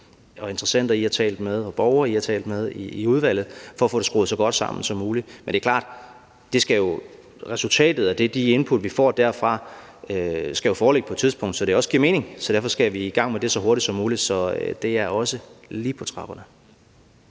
og borgere, som I har talt med i udvalget, for at få det skruet så godt sammen som muligt. Men det er klart, at resultatet af de input, vi får derfra, jo skal foreligge på et tidspunkt, hvor det giver mening, så derfor skal vi i gang med det så hurtigt som muligt. Så det er også lige på trapperne.